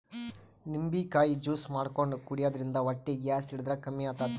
ನಿಂಬಿಕಾಯಿ ಜ್ಯೂಸ್ ಮಾಡ್ಕೊಂಡ್ ಕುಡ್ಯದ್ರಿನ್ದ ಹೊಟ್ಟಿ ಗ್ಯಾಸ್ ಹಿಡದ್ರ್ ಕಮ್ಮಿ ಆತದ್